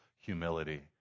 humility